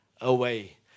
away